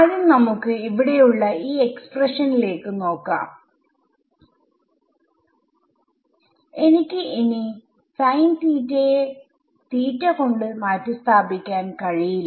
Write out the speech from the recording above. ആദ്യം നമുക്ക് ഇവിടെയുള്ള ഈ എക്സ്പ്രഷനിലേക്ക് നോക്കാംഎനിക്ക് ഇനീ സൈൻ തീറ്റ യെ തീറ്റ കൊണ്ട് മാറ്റിസ്ഥാപിക്കാൻ കഴിയില്ല